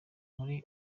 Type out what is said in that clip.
muri